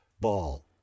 ball